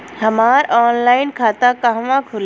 हमार ऑनलाइन खाता कहवा खुली?